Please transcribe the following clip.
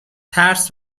ترس